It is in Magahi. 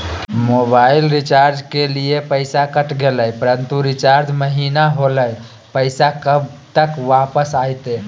मोबाइल रिचार्ज के लिए पैसा कट गेलैय परंतु रिचार्ज महिना होलैय, पैसा कब तक वापस आयते?